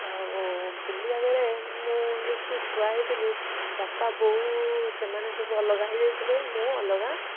ଆଉ ବୁଲିବାବେଳେ ମୁଁ ଯେହେତୁ ଛୁଆ ହେଇଥିଲି ବାପା ବୋଉ ସେମାନେ ସବୁ ଅଲଗା ହେଇ ଯାଇଥିଲେ ମୁଁ ଅଲଗା